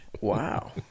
Wow